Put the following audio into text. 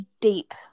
deep